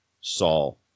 Saul